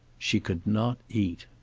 she could not eat.